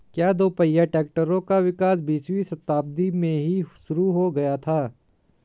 क्या दोपहिया ट्रैक्टरों का विकास बीसवीं शताब्दी में ही शुरु हो गया था?